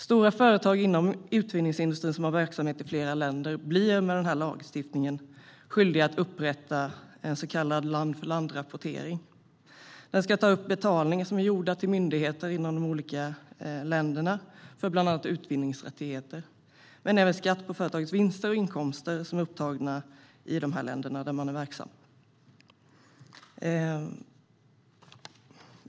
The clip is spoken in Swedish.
Stora företag inom utvinningsindustrin som har verksamhet i flera länder blir i och med denna lagstiftning skyldiga att upprätta en så kallad land-för-land-rapportering. Den ska ta upp betalningar gjorda till myndigheter i de olika länderna för bland annat utvinningsrättigheter och även skatt på företagens vinster och inkomster som har tagits ut i de länder de är verksamma.